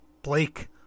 Blake